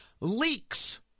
Leaks